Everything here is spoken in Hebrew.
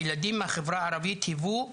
הילדים מהחברה הערבית היוו,